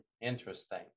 Interesting